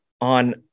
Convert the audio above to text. on